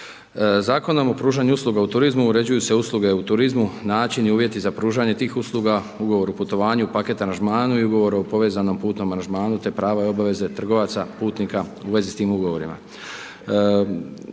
Zakonom o pružanju usluga u turizmu uređuju se usluge u turizmu, način i uvjeti za pružanje tih usluga, ugovor o putovanju, paket aranžmanu i ugovor o povezanom putnom aranžmanu, te prava i obaveze trgovaca, putnika u vezi s tim ugovorima.